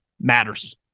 matters